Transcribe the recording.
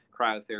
cryotherapy